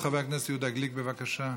חבר הכנסת יהודה גליק, בבקשה.